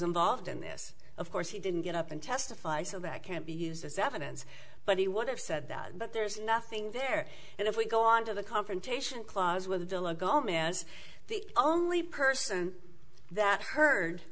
involved in this of course he didn't get up and testify so that can't be used as evidence but he would have said that but there's nothing there and if we go on to the confrontation clause with the law gomez the only person that heard